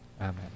amen